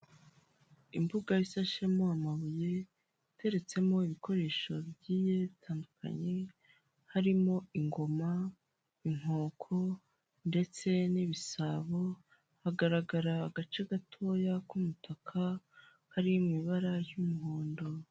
Imbuga isashemo amabuye, iteretsemo ibikoresho bigiye bitandukanye, harimo ingoma, inkoko ndetse n'ibisabo. Hagaragara agace gatoya k'umutaka kari mu ibara ry'umuhondo.